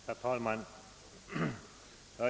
Herr talman!